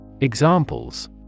Examples